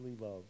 love